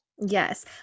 Yes